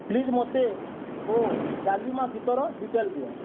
please ମୋତେ ଓ ଜାଲିମା ଗୀତର detail ଦିଅ